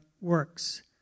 works